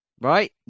right